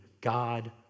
God